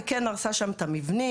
היא כן הרסה שם את המבנים,